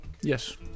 Yes